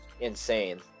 insane